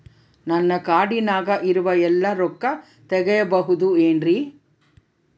ನನ್ನ ಕಾರ್ಡಿನಾಗ ಇರುವ ಎಲ್ಲಾ ರೊಕ್ಕ ತೆಗೆಯಬಹುದು ಏನ್ರಿ?